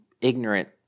ignorant